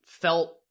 felt